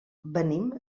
venim